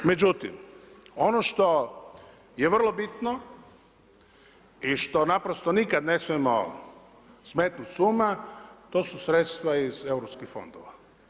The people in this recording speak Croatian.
Međutim, ono što je vrlo bitno i što naprosto nikada ne smijemo smetnuti s uma to su sredstva iz europskih fondova.